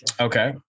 Okay